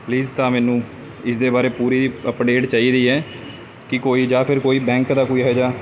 please ਤਾਂ ਮੈਨੂੰ ਇਸ ਦੇ ਬਾਰੇ ਪੂਰੀ ਅਪਡੇਟ ਚਾਹੀਦੀ ਹੈ ਕਿ ਕੋਈ ਜਾਂ ਫਿਰ ਕੋਈ ਬੈਂਕ ਦਾ ਕੋਈ ਇਹੋ ਜਿਹਾ